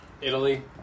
Italy